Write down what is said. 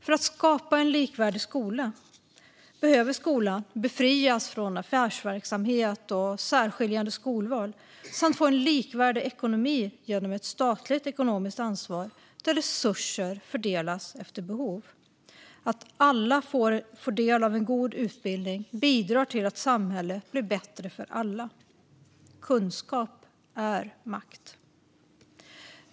För att skapa en likvärdig skola behöver vi befria skolan från affärsverksamhet och särskiljande skolval samt få en likvärdig ekonomi genom ett statligt ekonomiskt ansvar där resurser fördelas efter behov. Att alla får del av en god utbildning bidrar till att samhället blir bättre för alla. Kunskap är makt.